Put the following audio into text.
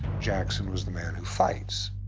jackson was the man who fights.